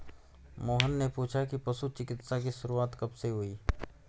मोहन ने पूछा कि पशु चिकित्सा की शुरूआत कब से हुई?